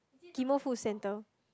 Ghim-moh food centre